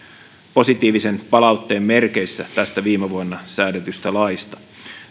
positiivisen palautteen merkeissä tästä viime vuonna säädetystä laista